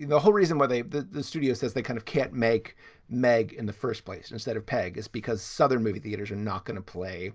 the whole reason why they. the the studio says they kind of can't make meg in the first place. instead of peg, it's because southern movie theaters are not going to play